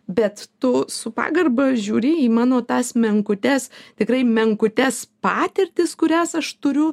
bet tu su pagarba žiūri į mano tas menkutes tikrai menkutes patirtis kurias aš turiu